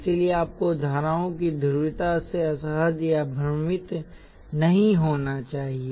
इसलिए आपको धाराओं की ध्रुवीयता से असहज या भ्रमित नहीं होना चाहिए